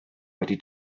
wedi